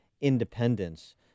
independence